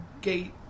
gate